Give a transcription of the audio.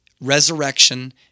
resurrection